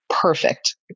Perfect